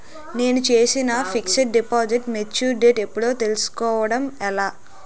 నేను చేసిన fixed deposit mature date ఎప్పుడో తెల్సుకోవడం ఎలా?